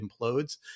implodes